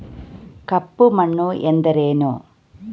ಕಪ್ಪು ಮಣ್ಣು ಎಂದರೇನು?